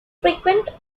frequent